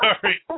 Sorry